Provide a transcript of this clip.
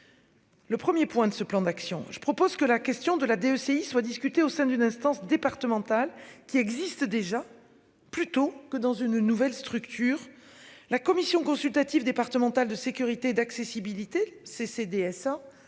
Le 1er point de ce plan d'action. Je propose que la question de la DOCX soit discuté au sein d'une instance départementale qui existent déjà. Plutôt que dans une nouvelle structure, la commission consultative départementale de sécurité et d'accessibilité ces SA.